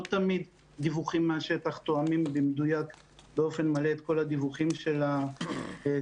לא תמיד דיווחים מהשטח תואמים במדויק ובאופן מלא לכל הדיווחים של המשרד.